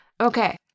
Okay